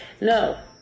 No